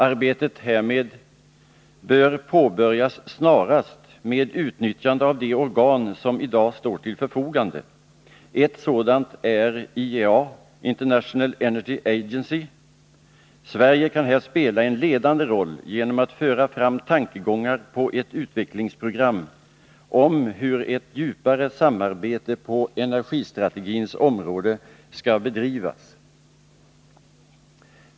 Arbetet härmed bör påbörjas snarast och med utnyttjande av de organ som i dag står till förfogande. Ett sådant är IEA, International Energy Agency. Sverige kan här spela en ledande roll genom att föra fram tankar på ett utvecklingsprogram om hur ett djupare samarbete på energistrategins område skall bedrivas.